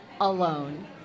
alone